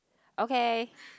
okay